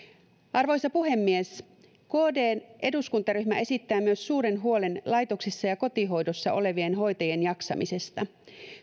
arvoisa puhemies kd eduskuntaryhmä esittää myös suuren huolen laitoksissa ja kotihoidossa olevien hoitajien jaksamisesta